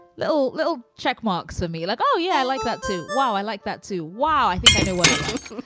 little, little checkmarks of me, like, oh, yeah, i like that, too. wow. i like that, too. wow. i think i know what i like.